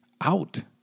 out